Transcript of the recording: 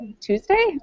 Tuesday